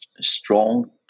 strong